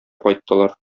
кайттылар